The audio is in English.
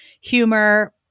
humor